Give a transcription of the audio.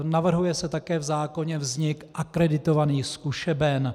Navrhuje se také v zákoně vznik akreditovaných zkušeben.